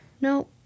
No